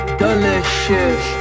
delicious